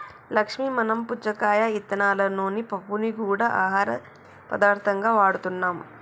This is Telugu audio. లక్ష్మీ మనం పుచ్చకాయ ఇత్తనాలలోని పప్పుని గూడా ఆహార పదార్థంగా వాడుతున్నాం